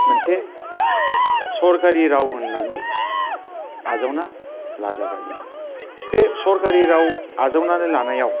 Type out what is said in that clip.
मोनसे सरकारि राव होननानै आजावना लाजाबाय बे सरकारि राव आजावनानै लानायाव